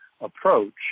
approach